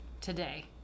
today